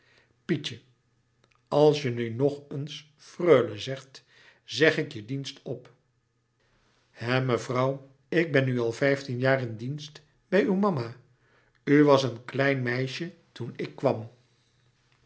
pietje als je nu nog eens freule zegt zeg ik je den dienst op hè mevrouw ik ben nu al vijftien jaar in dienst bij uw mama u was een klein meisje toen ik kwam